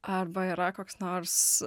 arba yra koks nors